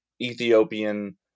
Ethiopian